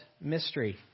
mystery